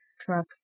Truck